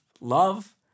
love